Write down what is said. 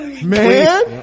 Man